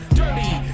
dirty